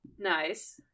Nice